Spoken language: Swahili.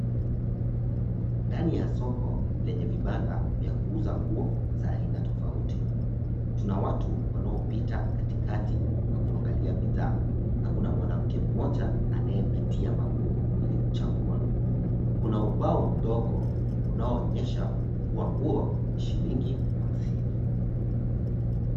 Ndani ya soko lenye vibanda vya kuuza nguo za aina tofauti. Tuna watu wanaopita katikati kuangalia bidhaa na kuna mwanamke anayepitia manguo ili kuchagua. Kuna ubao mdogo unaonyesha kuwa nguo ni shilingi hamsini.